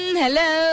hello